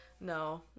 No